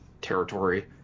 territory